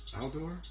outdoor